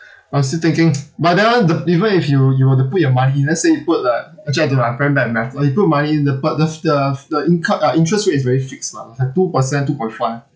I'm still thinking but that one the even if you you were to put your money let's say you put like actually I don't know I'm very bad in math or you put money in the but does the the inco~ uh interest rate is very fixed lah is like two percent two point five